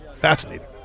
fascinating